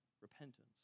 repentance